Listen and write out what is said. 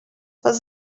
was